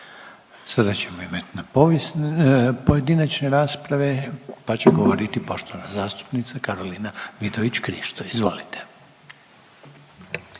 Sada ćemo na pojedinačne rasprave, pa će govoriti poštovana zastupnica Karolina Vidović-Krišto. Izvolite.